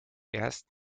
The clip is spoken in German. erst